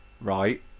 right